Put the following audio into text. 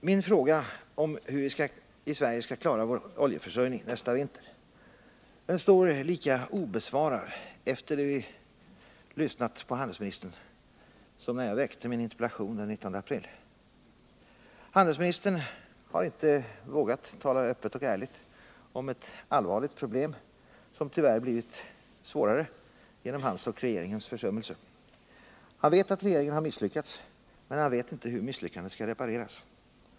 Min fråga, hur vi i Sverige skall klara vår oljeförsörjning nästa vinter, står lika obesvarad efter det att vi lyssnat på handelsministern som när jag väckte min interpellation den 19 april. Handelsministern har inte vågat tala öppet och ärligt om ett allvarligt problem, som tyvärr blivit svårare genom hans och regeringens försummelser. Han vet att regeringen har misslyckats, men han vet inte hur misslyckandet skall repareras.